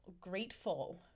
grateful